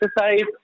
exercise